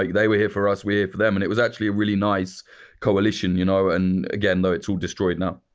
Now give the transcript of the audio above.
like they were here for us. we're here for them. and it was actually a really nice coalition. you know and again though, it's all destroyed now.